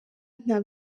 nta